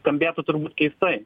skambėtų turbūt keistai